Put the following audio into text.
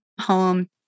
home